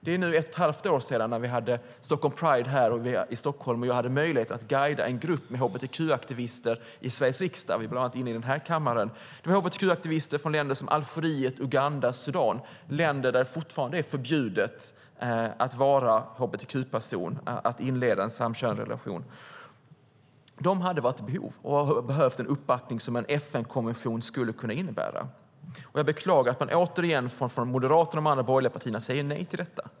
Det är nu ett halvt år sedan vi hade Pride här i Stockholm och jag hade möjlighet att guida en grupp hbtq-aktivister i Sveriges riksdag. Vi var bland annat i kammaren. Det var hbtq-aktivister från länder som Algeriet, Uganda och Sudan, länder där det fortfarande är förbjudet att vara hbtq-person och inleda en samkönad relation. De hade behövt en sådan uppbackning som en FN-konvention skulle kunna innebära. Jag beklagar att man återigen från Moderaterna och de andra borgerliga partierna säger nej till detta.